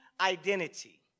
identity